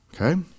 okay